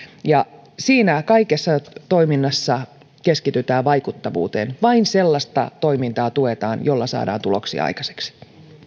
kaikessa siinä toiminnassa keskitytään vaikuttavuuteen vain sellaista toimintaa tuetaan jolla saadaan tuloksia aikaiseksi